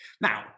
Now